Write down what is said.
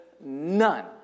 none